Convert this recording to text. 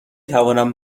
توانم